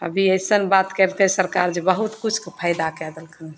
अभी अइसन बात करिते सरकार जे बहुत किछुके फायदा कै देलकै